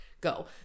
go